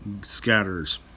scatters